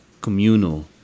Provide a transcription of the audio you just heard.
communal